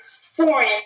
foreign